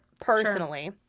personally